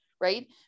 right